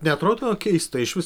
neatrodo keista išvis